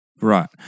Right